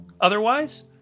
otherwise